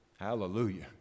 Hallelujah